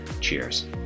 Cheers